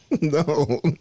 no